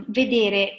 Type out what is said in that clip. vedere